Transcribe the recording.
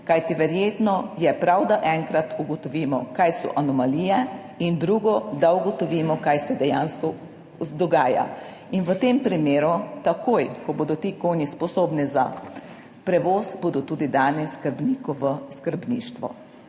kajti verjetno je prav, da enkrat ugotovimo, kaj so anomalije in drugo, da ugotovimo, kaj se dejansko dogaja in v tem primeru takoj, ko bodo ti konji sposobni za prevoz, bodo tudi dani skrbniku v skrbništvo.